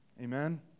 Amen